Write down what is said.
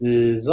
Les